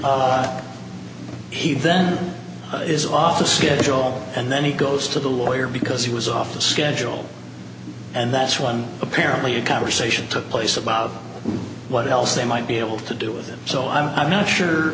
work he then is off the schedule and then he goes to the lawyer because he was off the schedule and that's one apparently a conversation took place about what else they might be able to do with him so i'm not sure